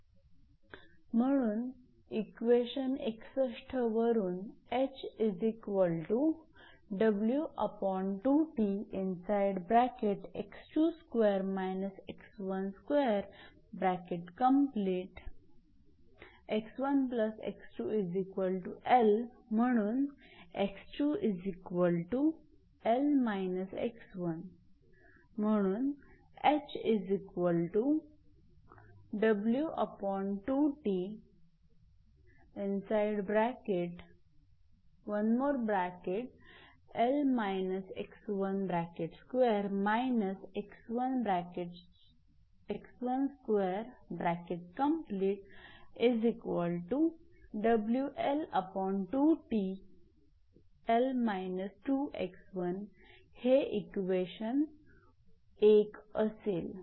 म्हणून इक्वेशन 61 वरून म्हणून म्हणून हे इक्वेशन 1 असेल